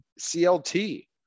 clt